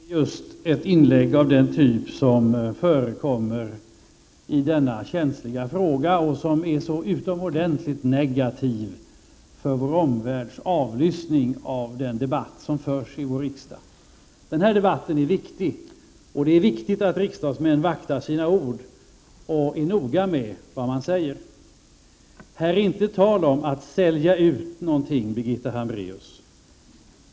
Herr talman! Det här var ett inlägg av den typ som förekommer i denna känsliga fråga och som är så utomordentligt negativt för vår omvärlds avlyssning av den debatt som förs i vår riksdag. Denna debatt är viktig, och det är angeläget att riksdagsmän vaktar sina ord och är noga med vad de säger. Här är inte tal om att sälja ut något, Birgitta Hambraeus.